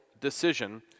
decision